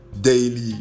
daily